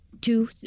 two